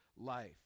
life